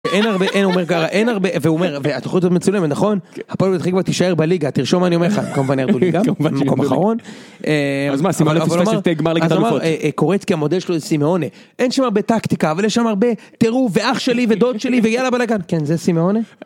אין הרבה, אין אומר גרה, אין הרבה, ואומר, והתוכנית הזאת מצולמת? נכון? הפועל פתח תקוה תישאר בליגה, תרשום מה אני אומר לך, כמובן ירדו לי גם, במקום האחרון. אההה, אז מה, סימיאונה פיספס את גמר ליגת אלופות. קורצקי המודל שלו זה סימיאונה. אין שם הרבה טקטיקה, אבל יש שם הרבה, תראו, ואח שלי, ודוד שלי, ויאללה בלאגן, כן, זה סימאונה.